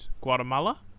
Guatemala